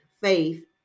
faith